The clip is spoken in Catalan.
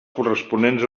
corresponents